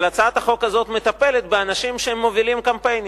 אבל הצעת החוק הזאת מטפלת באנשים שמובילים קמפיינים,